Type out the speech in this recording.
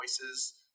voices